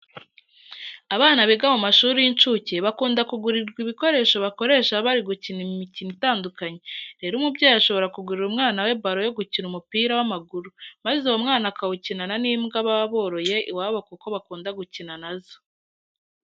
Abana biga mu mashuri y'incuke bakunda kugurirwa ibikoresho bakoresha bari gukina imikino itandukanye. Rero umubyeyi ashobora kugurira umwana we baro yo gukina umupira w'amaguru, maze uwo mwana akawukinana n'imbwa baba bororoye iwabo kuko bakunda gukina na zo.